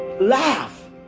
Laugh